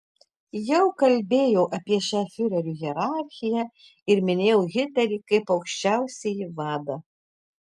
jau kalbėjau apie šią fiurerių hierarchiją ir minėjau hitlerį kaip aukščiausiąjį vadą